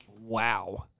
wow